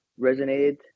resonated